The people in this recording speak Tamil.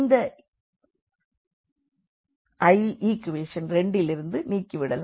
இந்த x1ஐ ஈக்வேஷன் 2லிருந்து நீக்கிவிடலாம்